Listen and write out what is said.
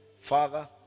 Father